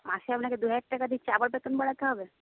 মাসে আপনাকে দু হাজার টাকা দিচ্ছি আবার বেতন বাড়াতে হবে